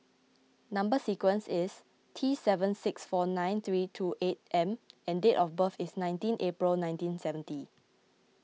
Number Sequence is T seven six four nine three two eight M and date of birth is nineteen April nineteen seventy